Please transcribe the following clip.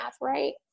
right